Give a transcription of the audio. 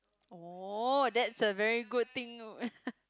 oh that's a very good thing